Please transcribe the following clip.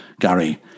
gary